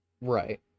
Right